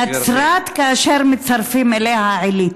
נצְרת, כאשר מצרפים אליה "עילית".